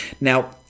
Now